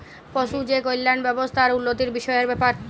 পশু যে কল্যাল ব্যাবস্থা আর উল্লতির বিষয়ের ব্যাপার